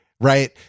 right